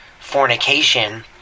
fornication